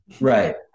Right